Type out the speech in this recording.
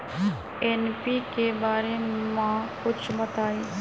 NPK बारे म कुछ बताई?